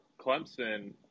Clemson